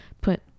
put